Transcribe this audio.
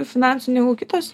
finansų negu kitos